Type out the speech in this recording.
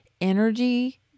energy